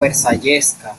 versallesca